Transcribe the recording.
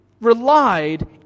relied